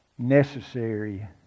necessary